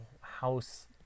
house